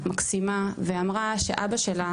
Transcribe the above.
מקסימה ואמרה שאבא שלו,